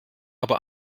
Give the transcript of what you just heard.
aber